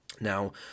Now